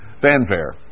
Fanfare